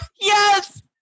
Yes